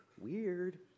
weird